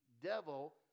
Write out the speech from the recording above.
devil